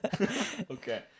okay